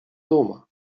duma